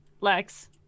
Lex